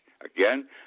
Again